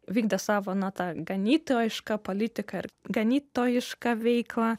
vykdė savo na tą ganytojišką politiką ir ganytojišką veiklą